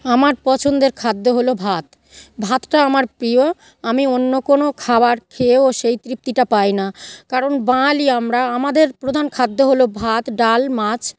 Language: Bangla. আমার পছন্দের খাদ্য হলো ভাত ভাতটা আমার প্রিয় আমি অন্য কোনো খাবার খেয়েও সেই তৃপ্তিটা পাই না কারণ বাঙালি আমরা আমাদের প্রধান খাদ্য হলো ভাত ডাল মাছ